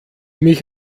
mich